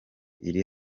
iri